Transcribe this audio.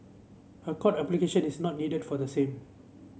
a court application is not needed for the same